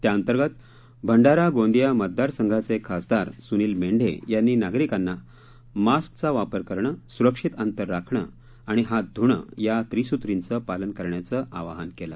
त्याअंतर्गत भंडारा गोंदिया मतदार संघाचे खासदार सुनिल मेंढे यांनी नागरिकांना मास्क लावणं सुरक्षित अंतर राखण आणि हात धुणं या त्रिसूत्रीचं पालन करण्याचं आवाहन केलं